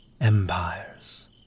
empires